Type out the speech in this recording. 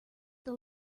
that